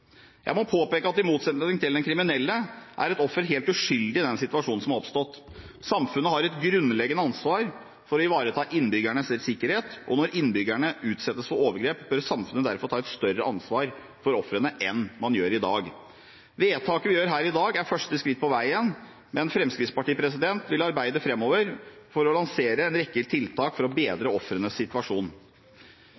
Jeg må påpeke at i motsetning til den kriminelle er et offer helt uskyldig i den situasjonen som har oppstått. Samfunnet har et grunnleggende ansvar for å ivareta innbyggernes sikkerhet, og når innbyggerne utsettes for overgrep, bør samfunnet derfor ta et større ansvar for ofrene enn man gjør i dag. Vedtaket vi gjør her i dag, er første skritt på veien, men Fremskrittspartiet vil framover arbeide for å lansere en rekke tiltak for å